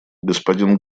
господин